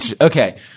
Okay